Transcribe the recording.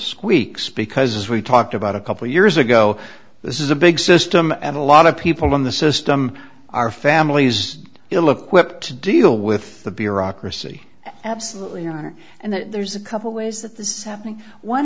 squeaks because as we talked about a couple years ago this is a big system and a lot of people in the system our family is ill equipped to deal with the bureaucracy absolutely are and there's a couple ways that this is happening